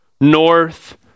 north